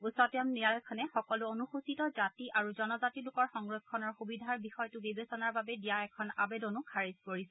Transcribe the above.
উচ্চতম ন্যায়ালয়খনে সকলো অনুসূচিত জাতি আৰু জনজাতি লোকৰ সংৰক্ষণৰ সুবিধাৰ বিষয়টো বিবেচনাৰ বাবে দিয়া এখন আৱেদনো খাৰিজ কৰিছে